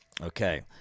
Okay